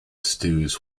stews